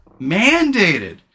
mandated